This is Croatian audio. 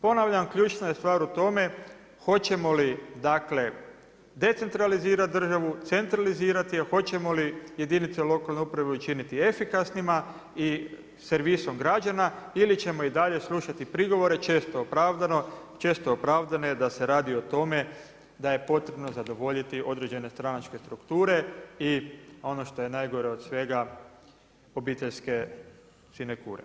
Ponavljam, ključna je stvar u tome, hoćemo li decentralizirati državu, centralizirati ju, hoćemo li jedinica lokalne samouprave učiniti efikasnima i servisom građana ili ćemo i dalje slušati prigovore, često opravdane da se radi o tome da je potrebno zadovoljiti određene stranačke strukture i ono što je najgore od svega obiteljske finekure.